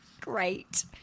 great